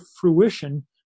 fruition